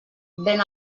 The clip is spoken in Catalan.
ven